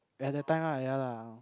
ya that time lah ya lah